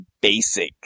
basic